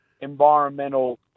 Environmental